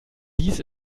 dies